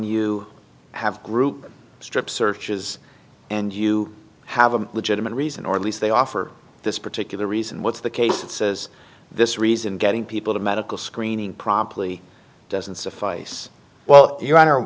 you have group strip searches and you have a legitimate reason or at least they offer this particular reason with the case that says this reason getting people to medical screening promptly doesn't suffice well your hon